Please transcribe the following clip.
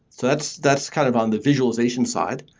that's that's kind of on the visualization side.